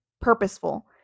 purposeful